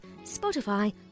Spotify